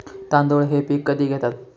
तांदूळ हे पीक कधी घेतात?